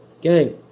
Gang